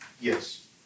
Yes